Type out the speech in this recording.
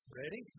ready